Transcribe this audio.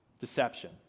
deception